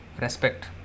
Respect